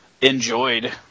enjoyed